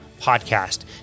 Podcast